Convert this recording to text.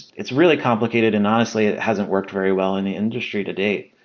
it's really complicated, and honestly it hasn't worked very well in the industry to-date.